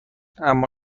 اما